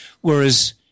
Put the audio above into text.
Whereas